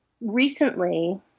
recently